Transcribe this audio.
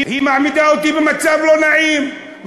היא מעמידה אותי במצב לא נעים,